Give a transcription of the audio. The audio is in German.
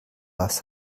was